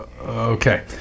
Okay